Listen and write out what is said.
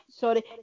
Sorry